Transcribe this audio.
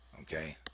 okay